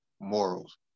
morals